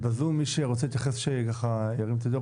בזום מי שרוצה להתייחס שירים את ידו.